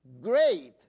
great